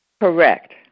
Correct